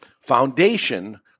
Foundation